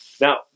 Now